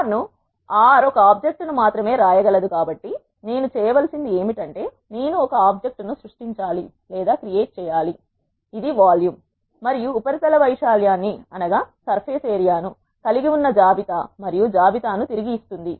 are R ఒక object ను మాత్రమే రాయగలరు కాబట్టి నేను చేయవలసింది ఏమిటంటే నేను ఒక ఆబ్జెక్ట్ ని సృష్టించాలి లేదా క్రియేట్ చేయాలి ఇది వాల్యూమ్ మరియు ఉపరితల వైశాల్యాన్ని కలిగి ఉన్న జాబితా మరియు జాబితా ను తిరిగి ఇస్తుంది